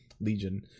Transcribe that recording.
legion